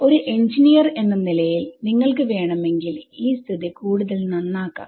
ഒരു എൻജിനീയർ എന്ന നിലയിൽ നിങ്ങൾക്ക് വേണമെങ്കിൽ ഈ സ്ഥിതി കൂടുതൽ നന്നാക്കാം